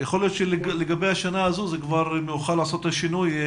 יכול להיות שלגבי השנה הזו כבר מאוחר לעשות את השינוי.